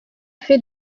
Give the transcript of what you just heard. fait